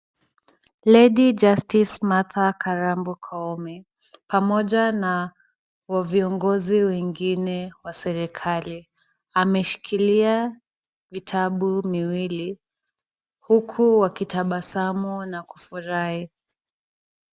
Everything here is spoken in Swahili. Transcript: Lady justice Martha Karambu Koome pamoja na viongozi wengine wa serikali ameshikilia vitabu miwili huku wakitabasamu na kufurahi.